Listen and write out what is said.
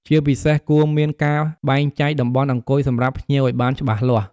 ជាពិសេស គួរមានការបែងចែកតំបន់អង្គុយសម្រាប់ភ្ញៀវឲ្យបានច្បាស់លាស់។